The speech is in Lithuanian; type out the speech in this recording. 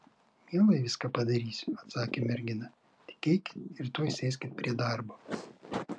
mielai viską padarysiu atsakė mergina tik eikit ir tuoj sėskit prie darbo